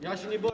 Ja się nie boję.